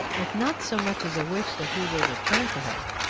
with not so much as a wish that he will return to her.